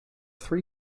three